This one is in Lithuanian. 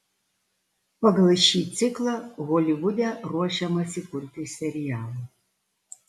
pagal šį ciklą holivude ruošiamasi kurti serialą